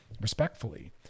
respectfully